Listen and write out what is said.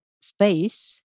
space